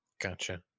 Gotcha